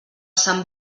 sant